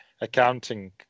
accounting